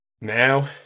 Now